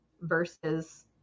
versus